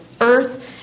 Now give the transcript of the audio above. earth